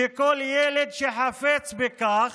שכל ילד שחפץ בכך